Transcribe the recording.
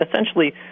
Essentially